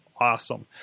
awesome